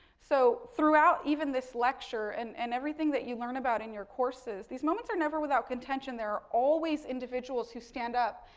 so, throughout, even this lecture and and everything that you learn about in your courses, these moments are never without contention. there are always individuals who stand up.